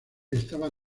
estaba